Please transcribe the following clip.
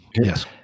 yes